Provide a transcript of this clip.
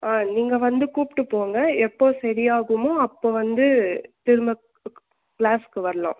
ஆ நீங்கள் வந்து கூப்பிட்டு போங்க எப்போ சரியாகுமோ அப்போ வந்து திரும்ப கிளாஸ்க்கு வரலாம்